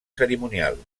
cerimonial